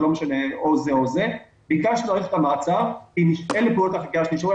להאריך את המעצר --- ומה